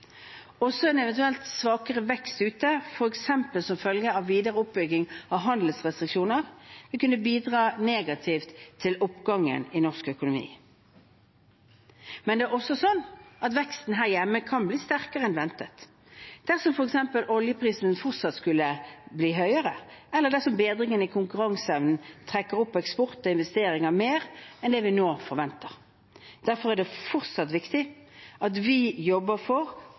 Også en eventuell svakere vekst ute, f.eks. som følge av en videre oppbygging av handelsrestriksjoner, vil kunne bidra negativt til oppgangen i norsk økonomi. Men det er også sånn at veksten her hjemme kan bli sterkere enn ventet dersom f.eks. oljeprisen fortsatt skulle bli høyere, eller dersom bedringen i konkurranseevnen trekker opp eksport og investeringer mer enn det vi nå forventer. Derfor er det fortsatt viktig at vi jobber for